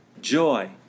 joy